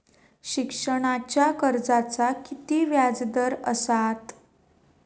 शिक्षणाच्या कर्जाचा किती व्याजदर असात?